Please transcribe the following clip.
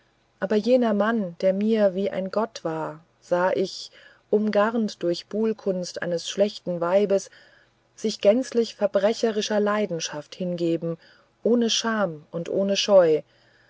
aber jenen mann der mir wie ein gott war sah ich umgarnt durch buhlkunst eines schlechten weibes sich gänzlich verbrecherischer leidenschaft hingeben ohne scham und scheu